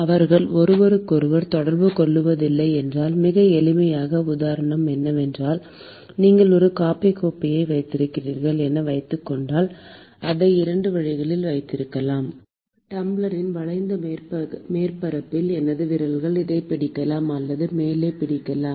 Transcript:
அவர்கள் ஒருவருக்கொருவர் தொடர்பு கொள்ளவில்லை என்றால் மிக எளிமையான உதாரணம் என்னவென்றால் நீங்கள் ஒரு காபி கோப்பையை வைத்திருக்கிறீர்கள் என வைத்துக் கொண்டால் அதை 2 வழிகளில் வைத்திருக்கலாம் டம்ளரின் வளைந்த மேற்பரப்பில் எனது விரல்களால் இதைப் பிடிக்கலாம் அல்லது மேலே பிடிக்கலாம்